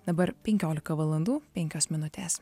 dabar penkiolika valandų penkios minutes